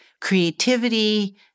creativity